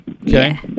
okay